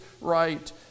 right